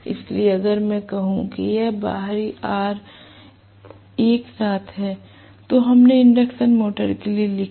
इसलिए अगर मैं कहूं कि यह बाहरी R एक साथ है तो हमने इंडक्शन मोटर के लिए लिखा